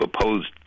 opposed